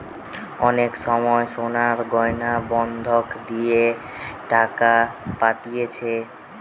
অনেক সময় সোনার গয়না বন্ধক দিয়ে টাকা পাতিছে